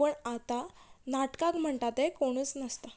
पूण आतां नाटकाक म्हणटा ते कोणूच नासता